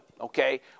okay